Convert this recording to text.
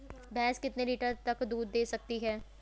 भैंस कितने लीटर तक दूध दे सकती है?